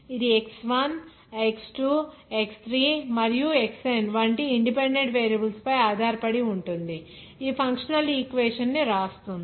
ఇది X1 X2 X3 మరియు Xn వంటి ఇన్ డిపెండెంట్ వేరియబుల్స్ పై ఆధారపడి ఉంటుంది అప్పుడు ఫంక్షనల్ ఈక్వేషన్ ని వ్రాస్తుంది